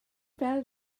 fel